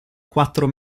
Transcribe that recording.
quattro